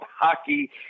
hockey